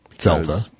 Zelda